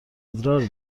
ادرار